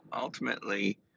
ultimately